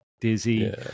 dizzy